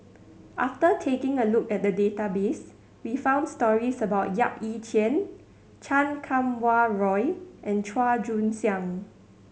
after taking a look at the database we found stories about Yap Ee Chian Chan Kum Wah Roy and Chua Joon Siang